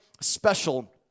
special